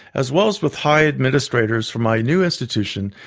as well as with high administrators from my new institution,